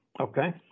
okay